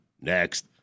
next